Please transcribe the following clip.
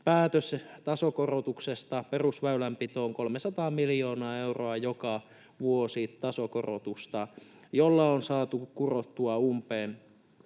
päätös tasokorotuksesta — perusväylänpitoon 300 miljoonaa euroa joka vuosi tasokorotusta — jolla on saatu kurottua umpeen